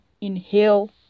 inhale